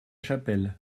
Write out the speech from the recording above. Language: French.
chapelle